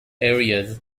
areas